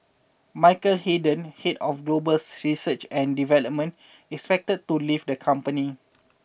Michael Hayden head of global research and development is expected to leave the company